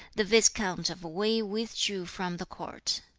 the viscount of wei withdrew from the court.